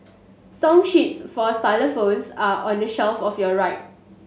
song sheets for xylophones are on the shelf of your right